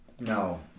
No